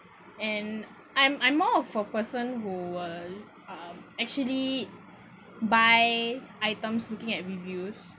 and I'm I'm more of a person who were um actually buy items looking at reviews